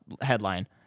headline